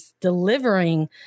delivering